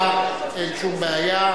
ייתכן